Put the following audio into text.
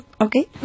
okay